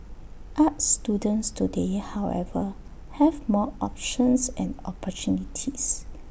arts students today however have more options and opportunities